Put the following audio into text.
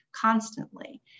constantly